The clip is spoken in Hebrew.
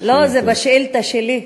לא, זה בשאילתה שלי.